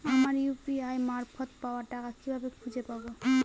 আমার ইউ.পি.আই মারফত পাওয়া টাকা কিভাবে খুঁজে পাব?